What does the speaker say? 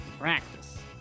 practice